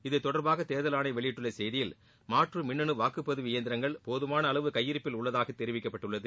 இது தொடர்பாக தேர்தல் ஆணையம் வெளியிட்டுள்ள செய்தியில் மாற்று மின்னனு வாக்குபதிவு இயந்திரங்கள் போதுமான அளவு கையிருப்பில் உள்ளதாக தெரிவிக்கப்பட்டுள்ளது